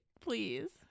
Please